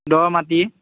দ' মাটি